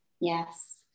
Yes